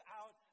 out